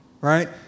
right